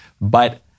But-